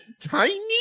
tiny